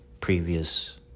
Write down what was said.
previous